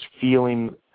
feeling